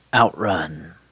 Outrun